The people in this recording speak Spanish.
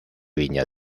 viña